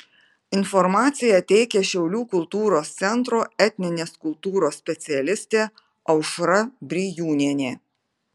informaciją teikia šiaulių kultūros centro etninės kultūros specialistė aušra brijūnienė